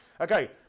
Okay